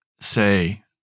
say